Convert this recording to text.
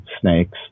snakes